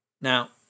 Now